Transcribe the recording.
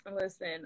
listen